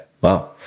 Wow